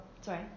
sorry